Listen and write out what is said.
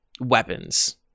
weapons